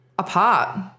apart